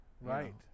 right